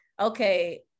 okay